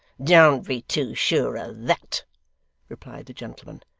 don't be too sure of that replied the gentleman,